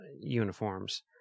uniforms